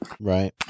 Right